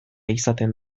izaten